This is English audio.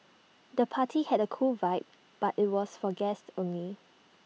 the party had A cool vibe but IT was for guests only